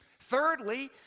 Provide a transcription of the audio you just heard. Thirdly